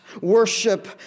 worship